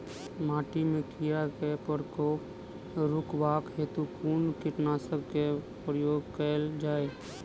माटि मे कीड़ा केँ प्रकोप रुकबाक हेतु कुन कीटनासक केँ प्रयोग कैल जाय?